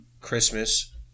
Christmas